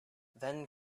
then